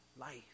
life